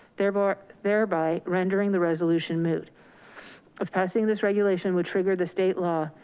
therefore thereby rendering the resolution moot of passing this regulation would trigger the state law.